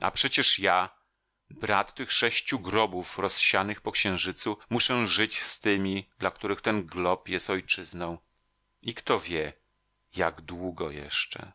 a przecież ja brat tych sześciu grobów rozsianych po księżycu muszę żyć z tymi dla których ten glob jest ojczyzną i kto wie jak długo jeszcze